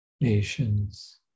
nations